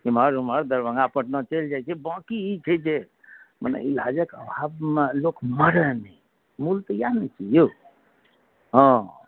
एमहर ओमहर दरभङ्गा पटना चलि जाइत छै बाँकि ई छै जे मने इलाजक अभावमे लोक मरै नहि मूल तऽ इएह ने छै यौ हँ